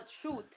truth